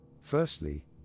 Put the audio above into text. Firstly